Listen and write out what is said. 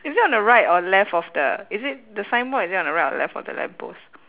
is it on the right or left of the is it the signboard is it on the right or the left of the lamp post